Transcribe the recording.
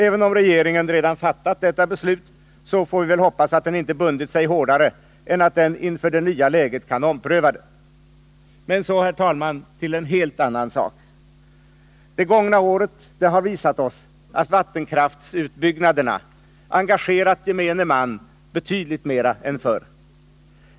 Även om regeringen redan fattat detta beslut så får vi väl hoppas att den inte bundit sig hårdare än att den inför det nya läget kan ompröva beslutet. Men så, herr talman, till en helt annan sak. Det gångna året har visat oss att vattenkraftsutbyggnaderna engagerat gemene man betydligt mera än förr.